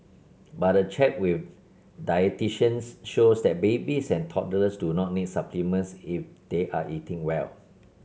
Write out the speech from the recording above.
but a check with dietitians shows that babies and toddlers do not need supplements if they are eating well